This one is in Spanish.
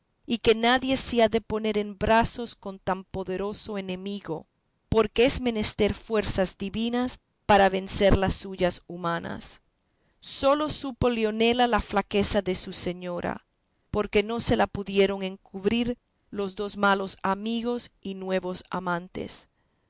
y que nadie se ha de poner a brazos con tan poderoso enemigo porque es menester fuerzas divinas para vencer las suyas humanas sólo supo leonela la flaqueza de su señora porque no se la pudieron encubrir los dos malos amigos y nuevos amantes